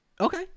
Okay